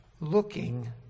looking